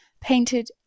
painted